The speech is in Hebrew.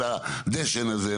של הדשן הזה.